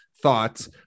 thoughts